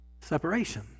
Separation